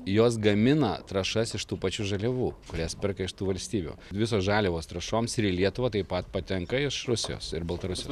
jos gamina trąšas iš tų pačių žaliavų kurias perka iš tų valstybių visos žaliavos trąšoms ir į lietuvą taip pat patenka iš rusijos ir baltarusijos